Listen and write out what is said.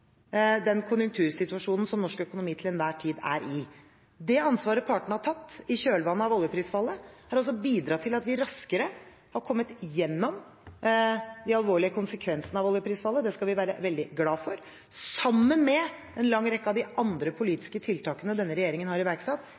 den konjunktursituasjonen norsk økonomi til enhver tid er i. Det ansvaret partene har tatt i kjølvannet av oljeprisfallet, har bidratt til at vi raskere har kommet gjennom de alvorlige konsekvensene av oljeprisfallet. Det skal vi være veldig glade for. Sammen med en lang rekke av de andre politiske tiltakene denne regjeringen har iverksatt,